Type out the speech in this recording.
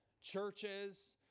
churches